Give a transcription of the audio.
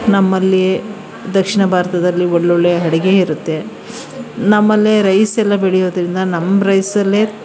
ನಮ್ಮಲಿಯೇ ದಕ್ಷಿಣ ಭಾರತದಲ್ಲಿ ಒಳ್ಳೊಳ್ಳೆಯ ಅಡುಗೆ ಇರುತ್ತೆ ನಮ್ಮಲ್ಲೇ ರೈಸೆಲ್ಲ ಬೆಳೆಯೋದರಿಂದ ನಮ್ಮ ರೈಸಲ್ಲೇ